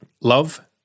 Love